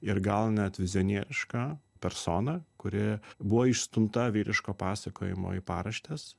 ir gal net vizionierišką personą kuri buvo išstumta vyriško pasakojimo į paraštes